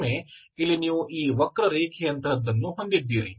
ಮತ್ತೊಮ್ಮೆ ಇಲ್ಲಿ ನೀವು ಈ ವಕ್ರರೇಖೆಯಂತಹದನ್ನು ಹೊಂದಿದ್ದೀರಿ